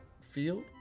field